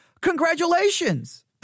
Congratulations